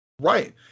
Right